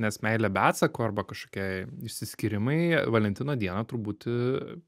nes meilė be atsako arba kažkokie išsiskyrimai valentino dieną turbūt